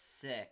Six